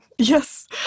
Yes